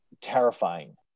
terrifying